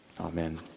Amen